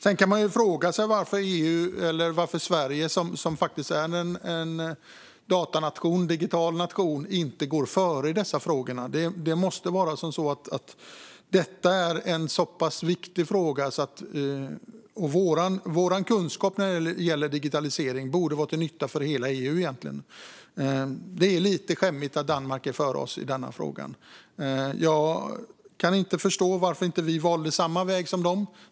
Sedan kan man fråga sig varför Sverige som är en datanation och digital nation inte går före i dessa frågor. Det är en så pass viktig fråga. Vår kunskap när det gäller digitalisering borde egentligen vara till nytta för hela EU. Det är lite skämmigt att Danmark är före oss i denna fråga. Jag kan inte förstå varför vi inte valde samma väg som dem.